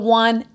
one